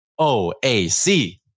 OAC